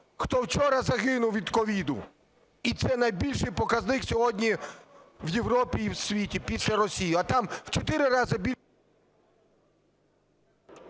хто вчора загинув від COVID. І це найбільший показник сьогодні в Європі і в світі після Росії, а там в чотири рази...